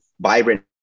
vibrant